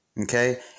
Okay